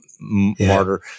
martyr